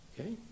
Okay